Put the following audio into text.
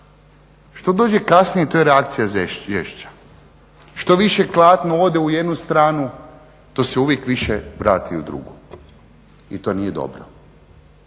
što dođe kasnije to je reakcija žešća. Što više klatno ode u jednu stranu to se uvijek više vrati u drugu i to nije dobro.